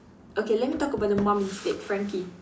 okay let me talk about the mum instead Frankie